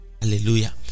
Hallelujah